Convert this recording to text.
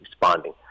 responding